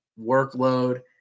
workload